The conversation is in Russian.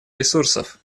ресурсов